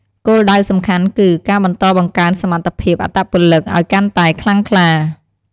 គោលដៅសំខាន់គឺ ការបន្តបង្កើនសមត្ថភាពអត្តពលិក ឲ្យកាន់តែខ្លាំងក្លា។